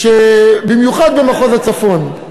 במיוחד במחוז הצפון,